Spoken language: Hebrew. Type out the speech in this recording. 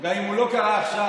גם אם הוא לא קרה עכשיו,